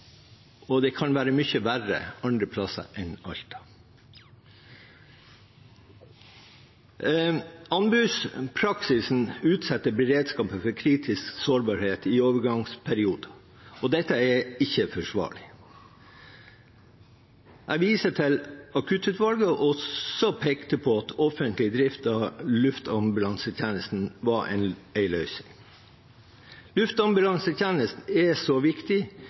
Og det kan være mye verre andre plasser enn i Alta. Anbudspraksisen utsetter beredskapen for kritisk sårbarhet i overgangsperioden, og dette er ikke forsvarlig. Jeg viser til at Akuttutvalget også pekte på at offentlig drift av luftambulansetjenesten var en løsning. Luftambulansetjenesten er en så viktig